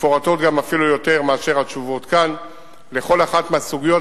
מפורטות גם אפילו יותר מהתשובות כאן על כל אחת מהסוגיות,